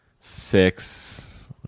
six